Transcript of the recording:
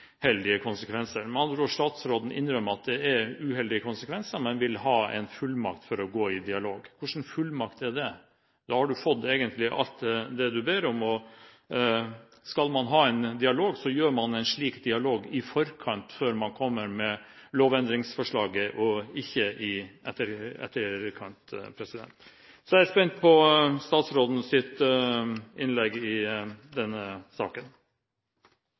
konsekvenser. Med andre ord: Statsråden innrømmer at det er uheldige konsekvenser, men vil ha en fullmakt for å gå i dialog. Hva slags fullmakt er det? Da har man fått alt man ber om, og skal man ha en dialog, har man en slik dialog i forkant, før man kommer med lovendringsforslaget, og ikke i etterkant. Jeg er spent på statsrådens innlegg i denne saken.